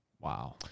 Wow